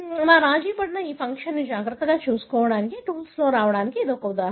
మా రాజీపడిన ఫంక్షన్ను జాగ్రత్తగా చూసుకోవడానికి టూల్స్తో రావడానికి ఉదాహరణ